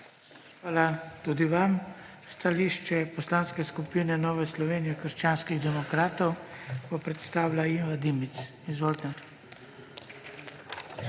Hvala tudi vam. Stališče Poslanske skupine Nove Slovenije – krščanski demokrati bo predstavila Iva Dimic. Izvolite. **IVA